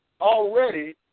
already